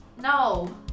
no